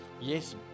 Yes